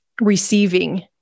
receiving